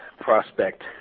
prospect